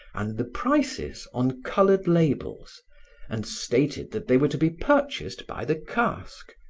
and the prices on colored labels and stated that they were to be purchased by the cask,